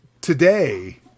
today